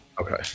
Okay